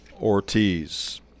Ortiz